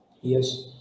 Yes